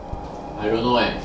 I don't know eh